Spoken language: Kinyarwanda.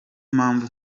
mpamvu